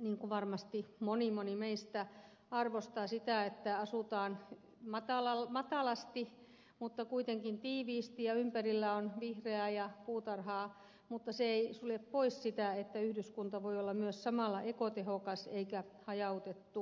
niin kuin varmasti moni moni meistä arvostan sitä että asutaan matalasti mutta kuitenkin tiiviisti ja ympärillä on vihreää ja puutarhaa mutta se ei sulje pois sitä että yhdyskunta voi olla myös samalla ekotehokas eikä hajautettu